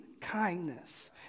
kindness